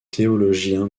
théologien